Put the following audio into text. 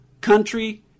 Country